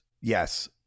Yes